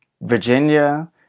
Virginia